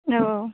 औ औ